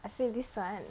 I say this [one]